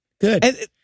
good